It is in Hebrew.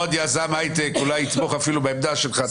עוד יזם הייטק אולי יתמוך אפילו בעמדה שלך.